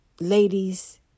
ladies